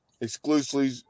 exclusively